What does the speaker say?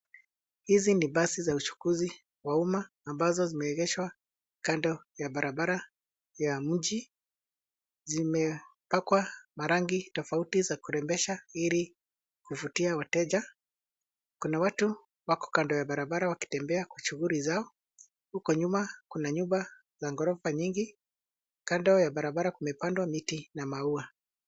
Hizi ni basi za uchukuzi, wa umma ambazo zimeegeshwa kando ya barabara ya mji. Zimepakwa marangi tofauti za kurembesha ili kuvutia wateja. Kuna watu wako kando ya barabara wakitembea kwa shughuli zao. Huko nyuma, kuna nyumba za ghorofa nyingi. Kando ya barabara kumepandwa miti na maua.